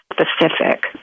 specific